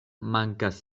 mankas